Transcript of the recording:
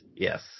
Yes